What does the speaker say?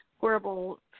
horrible